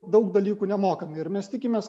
daug dalykų nemokami ir mes tikimės